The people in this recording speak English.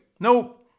Nope